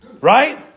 Right